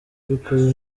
by’ukuri